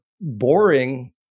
boring